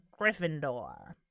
Gryffindor